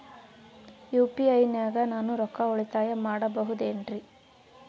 UPI ನಾಗ ನಾನು ರೊಕ್ಕ ಉಳಿತಾಯ ಮಾಡಬಹುದೇನ್ರಿ?